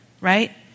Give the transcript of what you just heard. right